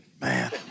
man